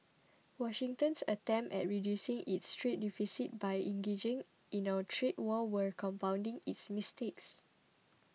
Washington's attempts at reducing its trade deficit by engaging in a trade war were compounding its mistakes